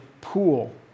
pool